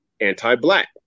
anti-black